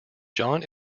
john